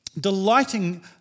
delighting